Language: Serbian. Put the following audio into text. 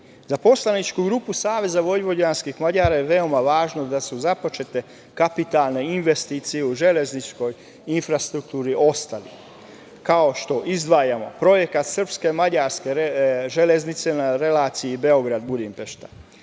poslaničku grupu Savez vojvođanskih Mađara je veoma važno da su započete kapitalne investicije u železničkoj infrastrukturi ostale, kao što izdvajamo projekta srpsko-mađarske železnice na relaciji Beograd – Budimpešta. Radovi